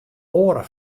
oare